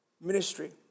ministry